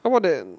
how about that